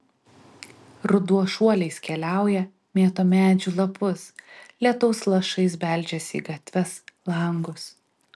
ruduo šuoliais keliauja mėto medžių lapus lietaus lašais beldžiasi į gatves langus